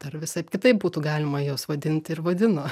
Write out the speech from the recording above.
dar visaip kitaip būtų galima juos vadint ir vadino